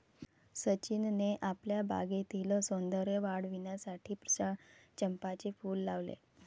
सचिनने आपल्या बागेतील सौंदर्य वाढविण्यासाठी चंपाचे फूल लावले